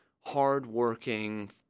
hardworking